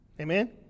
Amen